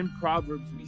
Proverbs